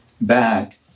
back